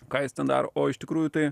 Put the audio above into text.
ką jis ten daro o iš tikrųjų tai